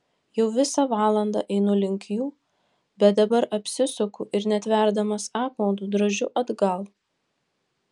jau visą valandą einu link jų bet dabar apsisuku ir netverdamas apmaudu drožiu atgal